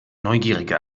neugierige